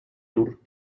tour